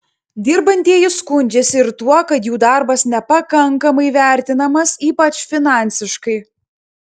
dirbantieji skundžiasi ir tuo kad jų darbas nepakankamai vertinamas ypač finansiškai